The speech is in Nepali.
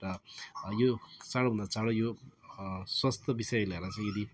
र यो चाँडो भन्दा चाँडो यो स्वास्थ्य विषय लिएर चाहिँ यदि